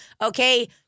Okay